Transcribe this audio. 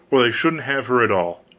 or they shouldn't have her at all.